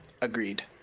Agreed